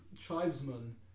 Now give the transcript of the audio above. tribesmen